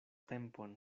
tempon